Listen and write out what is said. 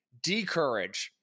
decourage